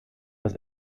das